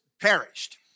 perished